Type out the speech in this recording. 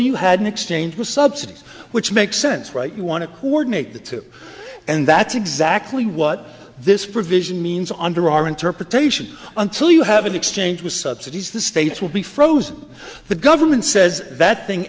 you had an exchange with subsidies which makes sense right you want to coordinate the two and that's exactly what this provision means under our interpretation until you have an exchange with subsidies the states will be frozen the government says that thing